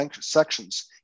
sections